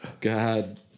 God